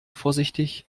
vorsichtig